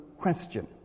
question